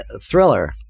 thriller